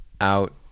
out